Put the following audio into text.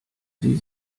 sie